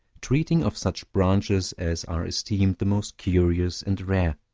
treating of such branches as are esteemed the most curious and rare.